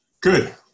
good